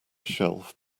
shelf